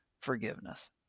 forgiveness